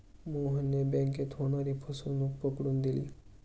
मोहनने बँकेत होणारी फसवणूक पकडून दिली